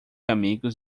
amigos